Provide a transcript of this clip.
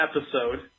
episode